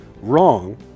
wrong